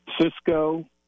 Cisco